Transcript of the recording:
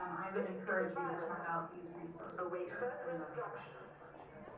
um i would encourage you to check out these resources here in the reference section.